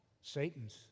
Satan's